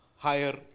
Higher